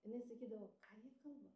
jinai sakydavo ką jie kalba